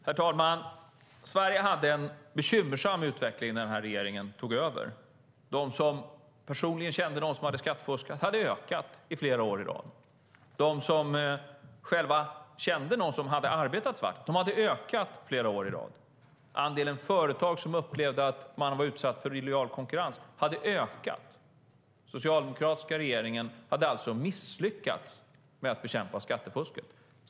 Herr talman! Sverige hade en bekymmersam utveckling när den här regeringen tog över. Andelen som personligen kände någon som hade skattefuskat hade ökat flera år i rad. Andelen personer som själva kände någon som hade arbetat svart hade ökat flera år i rad. Andelen företag som upplevde sig vara utsatta för illojal konkurrens hade ökat. Den socialdemokratiska regeringen hade alltså misslyckats med att bekämpa skattefusket.